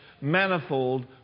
manifold